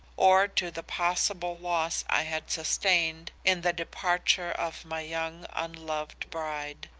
or to the possible loss i had sustained in the departure of my young unloved bride.